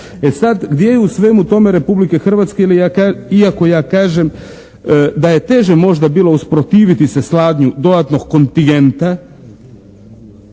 E sad, gdje je u svemu tome Republika Hrvatska iako ja kažem da je teže možda bilo usprotivi se slanju dodatnog kontigenta